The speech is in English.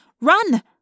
Run